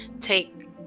take